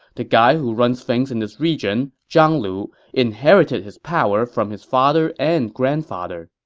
the guy who runs things in this region, zhang lu, inherited his power from his father and grandfather.